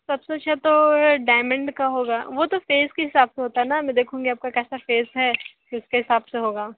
सबसे अच्छा तो डायमंड का होगा वो तो फेस के हिसाब से होता है ना मैं देखूंगी आपका कैसा फेस है फिर उसके हिसाब से होगा